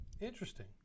Interesting